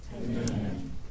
Amen